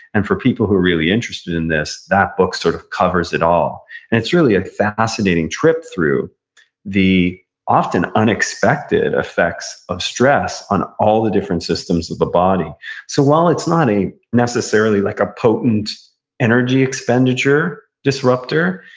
and for people who're really interested in this, that book sort of covers it all. and it's really a fascinating trip through the often unexpected effects of stress on all the different systems of the body so while it's not a necessarily like a potent energy expenditure disruptor,